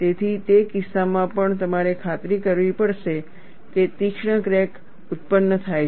તેથી તે કિસ્સામાં પણ તમારે ખાતરી કરવી પડશે કે તીક્ષ્ણ ક્રેક ો ઉત્પન્ન થાય છે